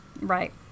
Right